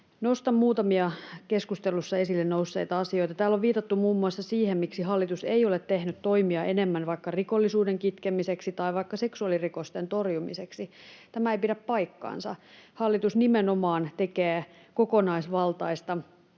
Nostan muutamia keskustelussa esille nousseita asioita: Täällä on viitattu muun muassa siihen, miksi hallitus ei ole tehnyt toimia enemmän vaikka rikollisuuden kitkemiseksi tai vaikka seksuaalirikosten torjumiseksi. Tämä ei pidä paikkaansa. Hallitus nimenomaan tekee kokonaisvaltaista